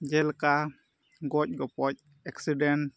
ᱡᱮᱞᱮᱠᱟ ᱜᱚᱡᱼᱜᱚᱯᱚᱡ